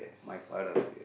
my father